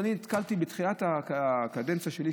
ואני נתקלתי בתחילת הקדנציה שלי,